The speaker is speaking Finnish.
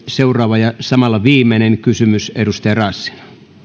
seuraava ja samalla viimeinen kysymys edustaja raassina